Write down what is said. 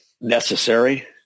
necessary